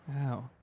Wow